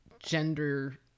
gender